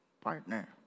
partner